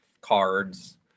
cards